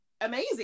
amazing